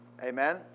Amen